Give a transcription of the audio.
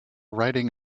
writing